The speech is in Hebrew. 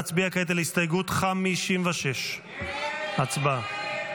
נצביע כעת על הסתייגות 56. הצבעה.